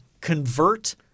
convert